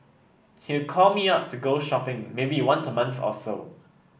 he'd call me up to go shopping maybe once a month or so